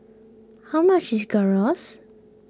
how much is Gyros